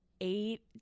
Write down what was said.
eight